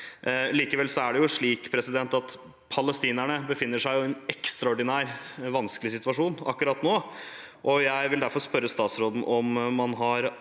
Likevel er det slik at palestinerne befinner seg i en ekstraordinært vanskelig situasjon akkurat nå. Jeg vil derfor spørre statsråden om man har